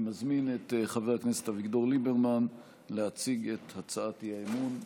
אני מזמין את חבר הכנסת אביגדור ליברמן להציג את הצעת האי-אמון,